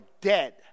dead